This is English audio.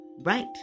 right